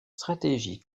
stratégies